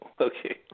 Okay